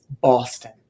Boston